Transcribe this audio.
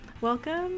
welcome